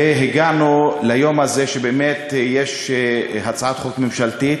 והגענו ליום הזה שבאמת יש הצעת חוק ממשלתית